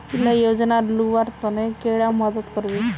इला योजनार लुबार तने कैडा मदद करबे?